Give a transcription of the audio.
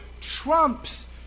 trumps